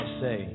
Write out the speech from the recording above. say